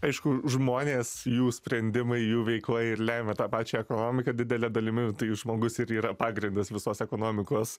aišku žmonės jų sprendimai jų veikla ir lemia tą pačią ekonomiką didele dalimi tai žmogus ir yra pagrindas visos ekonomikos